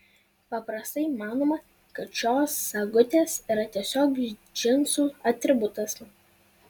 paprastai manoma kad šios sagutės yra tiesiog džinsų atributas